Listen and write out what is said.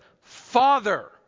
Father